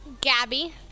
Gabby